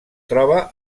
troba